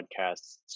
podcasts